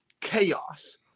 chaos